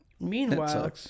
Meanwhile